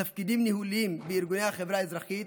תפקידים ניהוליים בארגוני החברה האזרחית